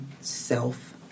self